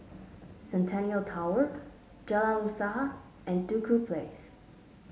Centennial Tower Jalan Usaha and Duku Place